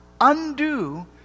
undo